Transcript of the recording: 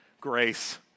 grace